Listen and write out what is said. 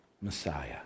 Messiah